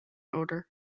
odor